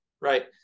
right